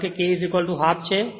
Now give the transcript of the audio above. કારણ કે K half છે